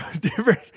different